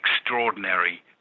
extraordinary